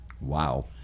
Wow